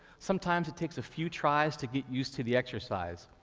sometimes it takes a few tries to get used to the exercise.